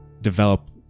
develop